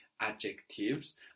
adjectives